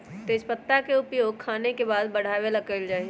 तेजपत्ता के उपयोग खाने के स्वाद बढ़ावे ला कइल जा हई